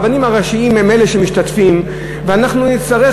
הרבנים הראשיים הם אלה שמשתתפים ואנחנו נצטרך,